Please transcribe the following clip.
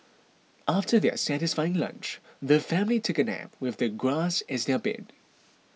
after their satisfying lunch the family took a nap with the grass as their bed